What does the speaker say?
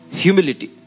humility